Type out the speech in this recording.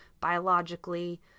biologically